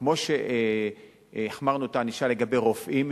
כמו שהחמרנו את הענישה לגבי תקיפת רופאים,